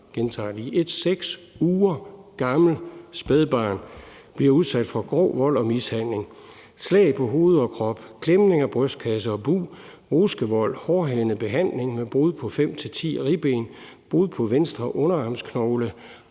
gentager det lige: et 6 uger gammelt spædbarn – blev udsat for grov vold og mishandling, slag på hovedet og kroppen, klemning af brystkassen og bugen, ruskevold, hårdhændet behandling med brud på fem til ti ribben, brud på venstre underarmsknogle,